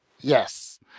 Yes